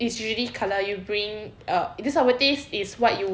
it's really kalau you bring uh this sour taste is what you